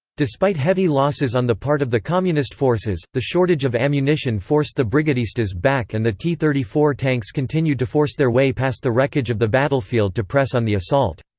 despite heavy losses on the part of the communist forces, the shortage of ammunition forced the brigadistas back and the t thirty four tanks continued to force their way past the wreckage of the battlefield to press on the assault.